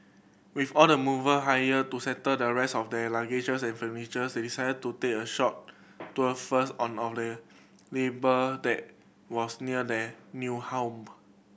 with all the mover hired to settle the rest of their luggage's and furniture's they decided to take a short tour first on of the neighbour that was near their new home